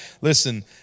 listen